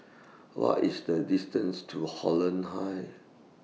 What IS The distance to Holland Heights